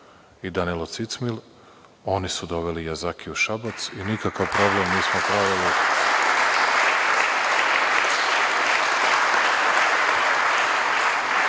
i Danilo Cicmil. Oni su doveli „Jazaki“ u Šabac i nikakav problem nismo pravili.